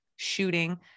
shooting